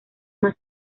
más